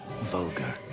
vulgar